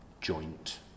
joint